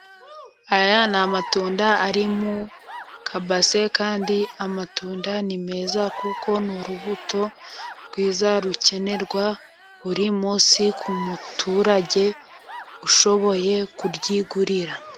Aya ni amatunda ari mu kabase, kandi amatunda ni meza kuko ni urubuto rwiza rukenerwa buri munsi, ku muturage ushoboye kuryigurira.